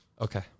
Okay